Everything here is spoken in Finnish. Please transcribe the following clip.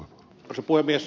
arvoisa puhemies